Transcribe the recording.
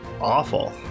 awful